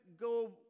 go